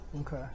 Okay